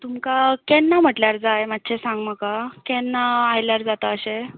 तुमकां केन्ना म्हटल्यार जाय मातशे सांग म्हाका केन्ना आयल्यार जाता अशें